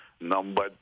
Number